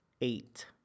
eight